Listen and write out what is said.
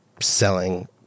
selling